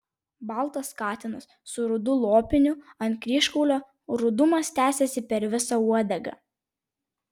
baltas katinas su rudu lopiniu ant kryžkaulio rudumas tęsėsi per visą uodegą